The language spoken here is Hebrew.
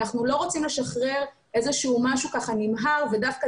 אנחנו לא רוצים לשחרר איזה שהוא משהו נמהר ודווקא